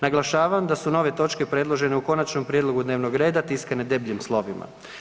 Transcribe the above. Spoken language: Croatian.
Naglašavam da su nove točke predložene u konačnom prijedlogu dnevnog reda tiskane debljim slovima.